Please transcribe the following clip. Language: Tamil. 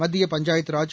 மத்திய பஞ்சாயத் ராஜ்